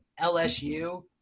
lsu